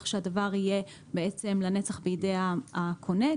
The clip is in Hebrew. שהדבר יהיה בעצם לנצח בידי הקונה,